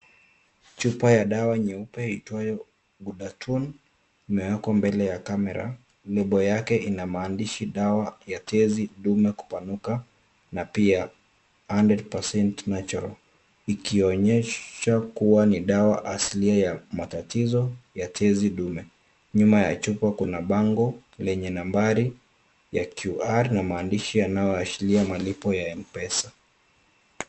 Chupa ya dawa nyeupe iitwayo GHUDATUN imewekwa mbele ya kamera. Lebo yake ina maandishi Dawa ya Tezi dume kupanuka na pia 100% natural , ikionyesha kuwa ni dawa asilia ya matatizo ya tezi dume. Nyuma ya chupa kuna bango lenye nambari ya QR na maandishi yanayoashiria malipo ya M-pesa .